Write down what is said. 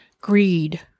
Greed